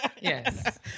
Yes